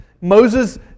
Moses